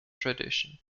tradition